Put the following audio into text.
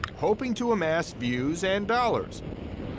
hoping to amass views and dollars.